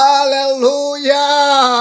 Hallelujah